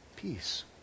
peace